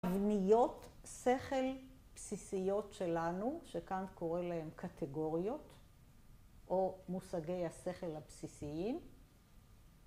‫בניות שכל בסיסיות שלנו, ‫שכאן קורא להן קטגוריות, ‫או מושגי השכל הבסיסיים.